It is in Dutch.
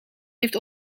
heeft